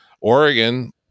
Oregon